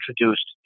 introduced